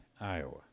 Iowa